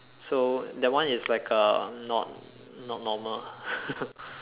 so that one is like uh not not normal